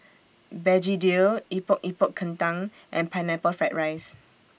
Begedil Epok Epok Kentang and Pineapple Fried Rice